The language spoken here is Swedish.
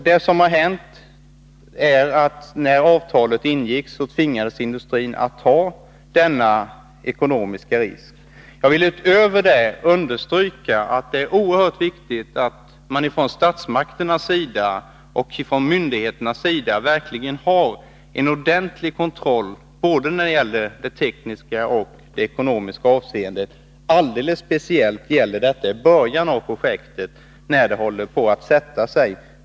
Det som har hänt är att när avtalet ingicks, så tvingades industrin att ta denna ekonomiska risk. Jag vill utöver detta understryka att det är oerhört viktigt att man från statsmakternas sida och från myndigheternas sida verkligen har en ordentlig kontroll i både tekniskt och ekonomiskt avseende. Alldeles speciellt gäller detta i början av projektet, när det håller på att ”sätta sig”.